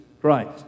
Christ